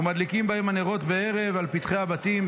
ומדליקין בהן הנרות בערב על פתחי הבתים,